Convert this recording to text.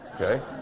Okay